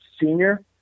senior